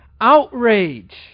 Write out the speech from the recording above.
outrage